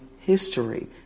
history